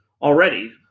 already